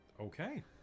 Okay